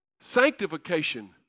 Sanctification